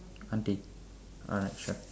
auntie alright sure